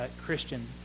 Christian